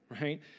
right